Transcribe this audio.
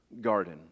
garden